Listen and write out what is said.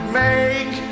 make